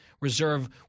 reserve